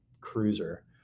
cruiser